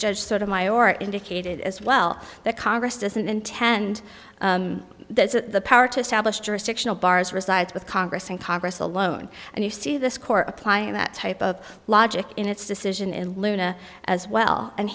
judge sort of my or indicated as well that congress doesn't intend that the power to establish jurisdictional bars resides with congress and congress alone and you see this court applying that type of logic in its decision in luna as well and